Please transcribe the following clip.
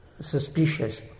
suspicious